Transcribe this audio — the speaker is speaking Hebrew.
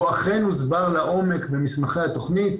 והוא אכן הוסבר לעומק במסמכי התוכנית.